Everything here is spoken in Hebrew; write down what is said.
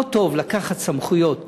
לא טוב לקחת סמכויות